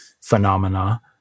phenomena